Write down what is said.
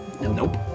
Nope